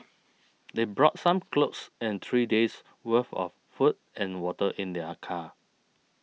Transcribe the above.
they brought some clothes and three days' worth of food and water in their car